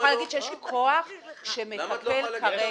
אני יכולה להגיד שיש כוח שמטפל כרגע